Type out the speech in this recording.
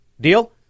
Deal